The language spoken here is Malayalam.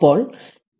അപ്പോൾ ഇതു